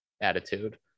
attitude